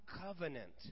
covenant